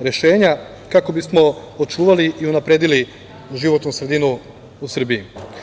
rešenja kako bismo očuvali i unapredili životnu sredinu u Srbiji.